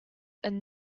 and